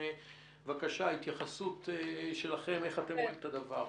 בבקשה, התייחסות שלכם איך אתם רואים את הדבר.